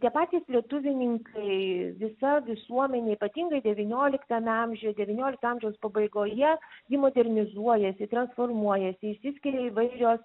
tie patys lietuvininkai visa visuomenė ypatingai devynioliktame amžiuje devyniolikto amžiaus pabaigoje ji modernizuojasi transformuojasi išsiskiria įvairios